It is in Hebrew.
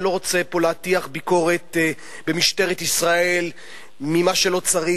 אני לא רוצה פה להטיח ביקורת במשטרת ישראל במה שלא צריך,